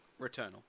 Returnal